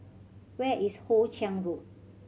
where is Hoe Chiang Road